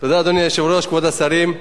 אדוני היושב-ראש, תודה, כבוד השרים,